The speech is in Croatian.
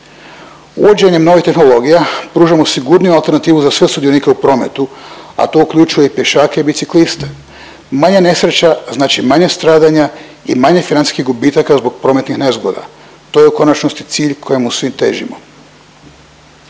Uvođenjem novih tehnologija pružamo sigurniju alternativu za sve sudionike u prometu, a to uključuje i pješake i bicikliste. Manje nesreća znači manje stradanja i manje financijskih gubitaka zbog prometnih nezgoda. To je u konačnosti cilj kojemu svi težimo.